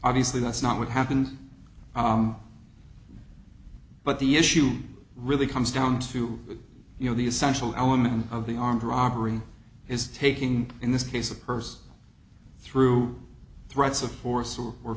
obviously that's not what happened but the issue really comes down to you know the essential element of the armed robbery is taking in this case a purse through threats of force or